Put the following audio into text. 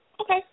Okay